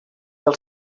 del